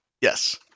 Yes